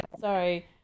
sorry